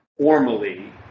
formally